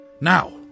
Now